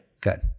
Good